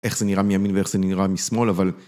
איך זה נראה מימין ואיך זה נראה משמאל, אבל...